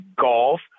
golf